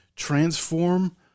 transform